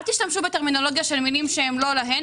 אל תשתמשו בטרמינולוגיה של מילים שהן לא להם.